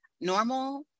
normal